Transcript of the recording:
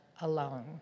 alone